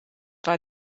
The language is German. war